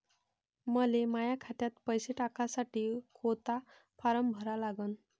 मले माह्या खात्यात पैसे टाकासाठी कोंता फारम भरा लागन?